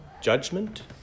judgment